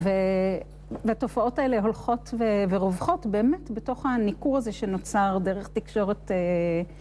והתופעות האלה הולכות ורווחות באמת בתוך הניכור הזה שנוצר דרך תקשורת...